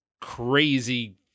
crazy